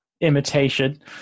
imitation